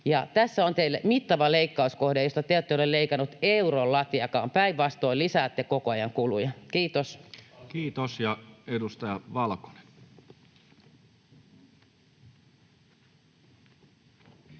Tässä on teille mittava leikkauskohde, josta te ette ole leikanneet euron latiakaan. Päinvastoin lisäätte koko ajan kuluja. — Kiitos. [Speech